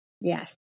Yes